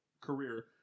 career